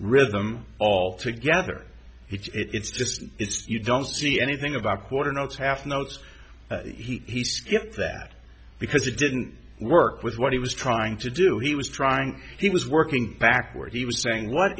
rhythm altogether it's just it's you don't see anything about quarter notes half notes he skipped that because it didn't work with what he was trying to do he was trying he was working backward he was saying what